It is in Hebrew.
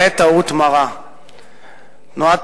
ואומרים: